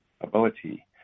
ability